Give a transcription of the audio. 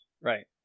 right